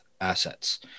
assets